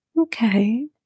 Okay